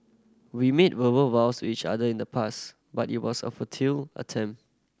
we made verbal vows to each other in the past but it was a futile attempt